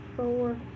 Four